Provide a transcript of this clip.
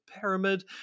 pyramid